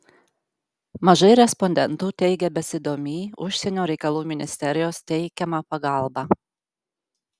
mažai respondentų teigė besidomį užsienio reikalų ministerijos teikiama pagalba